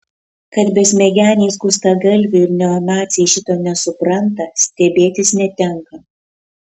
kad besmegeniai skustagalviai ir neonaciai šito nesupranta stebėtis netenka